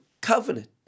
covenant